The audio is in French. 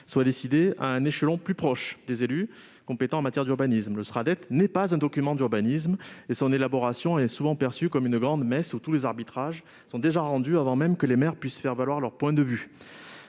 soit décidée à un échelon plus proche des élus compétents en matière d'urbanisme. Le Sraddet n'est pas un document d'urbanisme, et son élaboration est souvent perçue comme une grand-messe, où tous les arbitrages sont déjà rendus avant même que les maires puissent faire valoir leur point de vue.